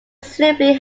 simply